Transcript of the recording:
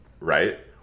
Right